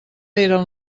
eren